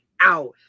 out